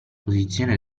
posizione